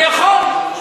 אני יכול.